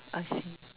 I see